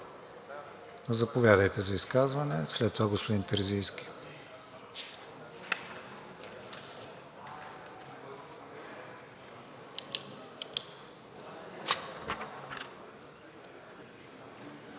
Заповядайте за изказване, след това господин Терзийски.